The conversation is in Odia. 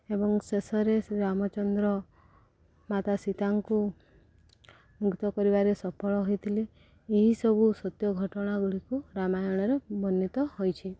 ଏବଂ ଶେଷରେ ସେ ରାମଚନ୍ଦ୍ର ମାତା ସୀତାଙ୍କୁ ମୁକ୍ତ କରିବାରେ ସଫଳ ହୋଇଥିଲେ ଏହିସବୁ ସତ୍ୟ ଘଟଣା ଗୁଡ଼ିକୁ ରାମାୟଣରେ ବର୍ଣ୍ଣିତ ହୋଇଛି